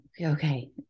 Okay